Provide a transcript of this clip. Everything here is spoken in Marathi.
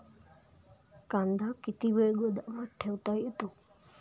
कांदा किती वेळ गोदामात ठेवता येतो?